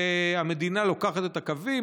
והמדינה לוקחת את הקווים,